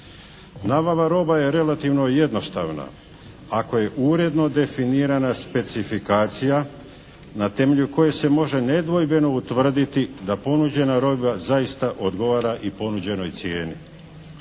Nabava roba je relativno jednostavna. Ako je uredno definirana specifikacija na temelju koje se može nedvojbeno utvrditi da ponuđena roba zaista odgovara i ponuđenoj cijeni.